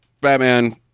Batman